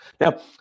now